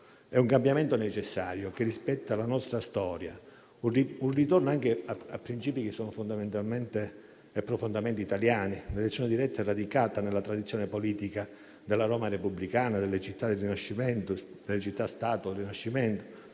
È un cambiamento necessario, che rispetta la nostra storia, un ritorno a princìpi che sono fondamentalmente e profondamente italiani: l'elezione diretta è radicata nella tradizione politica dalla Roma repubblicana e delle città-stato del Rinascimento,